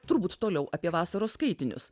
turbūt toliau apie vasaros skaitinius